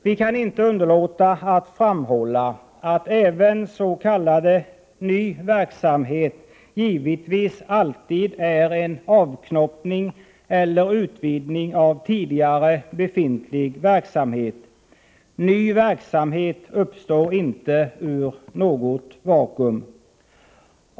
Vi kan inte underlåta att framhålla att även s.k. ny verksamhet givetvis alltid är en avknoppning eller en utvidgning av tidigare verksamhet. Ny verksamhet uppstår inte ur något vakuum.